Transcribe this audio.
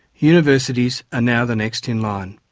universities are now the next in line.